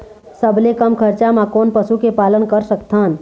सबले कम खरचा मा कोन पशु के पालन कर सकथन?